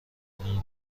اون